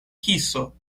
kiso